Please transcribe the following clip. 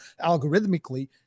algorithmically